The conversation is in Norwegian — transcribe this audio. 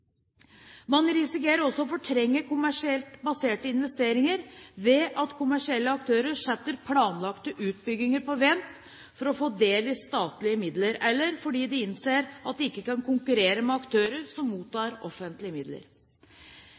Man risikerer også å fortrenge kommersielt baserte investeringer, ved at kommersielle aktører setter planlagt utbygging på vent for å få del i statlige midler, eller fordi de innser at de ikke kan konkurrere med aktører som mottar offentlige midler.